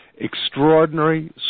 extraordinary